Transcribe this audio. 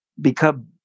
become